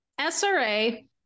SRA